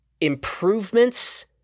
improvements